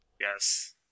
Yes